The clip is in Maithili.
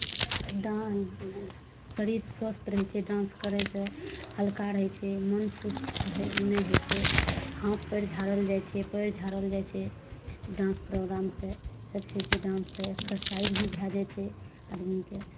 डांस करयसँ शरीर स्वस्थ रहै छै डांस करयसँ हलका रहै छै मन सुस्त रहै नहि होइ छै हाथ पैर झाड़ल जाइ छै पैर झाड़ल जाइ छै डांस प्रोग्रामसँ सभचीजसँ डांससँ एक्सरसाइज भी भए जाइ छै आदमीके